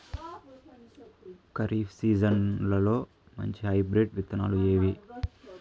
ఖరీఫ్ సీజన్లలో మంచి హైబ్రిడ్ విత్తనాలు ఏవి